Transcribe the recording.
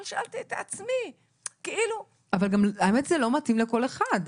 אבל שאלתי את עצמי --- האמת היא שזה לא מתאים לכל אחד.